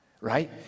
Right